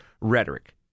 Rhetoric